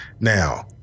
now